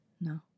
No